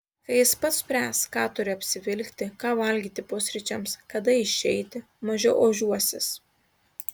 kai jis pats spręs ką turi apsivilkti ką valgyti pusryčiams kada išeiti mažiau ožiuosis